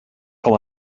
com